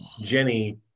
Jenny